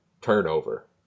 turnover